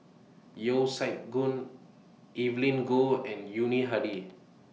Yeo Siak Goon Evelyn Goh and Yuni Hadi